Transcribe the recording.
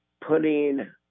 putting